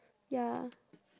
ya